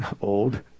old